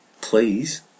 Please